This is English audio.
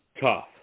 tough